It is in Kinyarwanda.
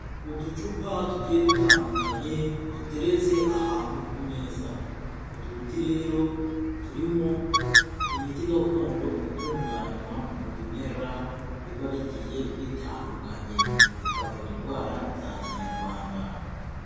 Uducupa tugiye dutandukanye duteretse ahantu ku meza, utu duti rero turimo imiti gakondo itunganywa mu bimera biba bigiye bitandukanye ikavura indwara za kinyarwanda.